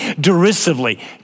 derisively